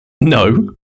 No